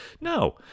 No